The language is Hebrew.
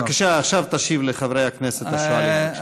בבקשה, עכשיו תשיב לחברי הכנסת השואלים.